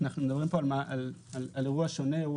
אנחנו מדברים פה על אירוע שונה.